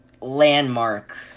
landmark